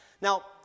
Now